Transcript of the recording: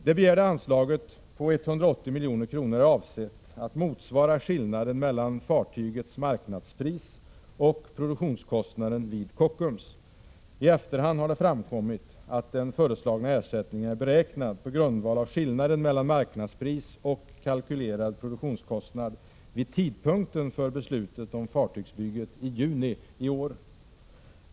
Det begärda anslaget på 180 milj.kr. är avsett att motsvara skillnaden mellan fartygets marknadspris och produktionskostnaden vid Kockums. I efterhand har det framkommit att den föreslagna ersättningen är beräknad på grundval av skillnaden mellan marknadspris och kalkylerad produktionskostnad vid tidpunkten för beslutet om fartygsbygget i juni 1986.